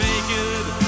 naked